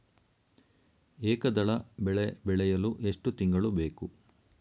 ಏಕದಳ ಬೆಳೆ ಬೆಳೆಯಲು ಎಷ್ಟು ತಿಂಗಳು ಬೇಕು?